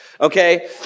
Okay